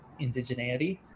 indigeneity